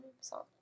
Song